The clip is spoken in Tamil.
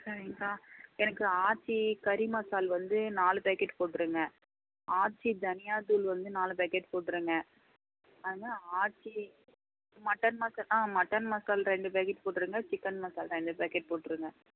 சரிங்க்கா எனக்கு எனக்கு ஆச்சி கறி மசால் வந்து நாலு பாக்கெட் போட்டிருங்க ஆச்சி தனியா தூள் வந்து நாலு பேக்கெட் போட்டிருங்க ஆச்சி மட்டன் மசா ஆ மட்டன் மசால் ரெண்டு பேக்கெட் போட்டிருங்க சிக்கன் மசால் ரெண்டு பேக்கெட் போட்டிருங்க